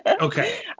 okay